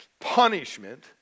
punishment